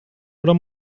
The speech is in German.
oder